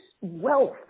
wealth